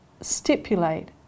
stipulate